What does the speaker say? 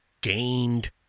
gained